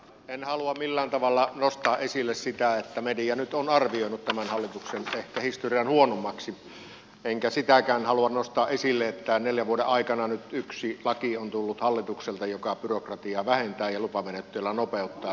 en halua millään tavalla nostaa esille sitä että media nyt on arvioinut tämän hallituksen ehkä historian huonoimmaksi enkä sitäkään halua nostaa esille että neljän vuoden aikana nyt yksi laki on tullut hallitukselta joka byrokratiaa vähentää ja lupamenettelyä nopeuttaa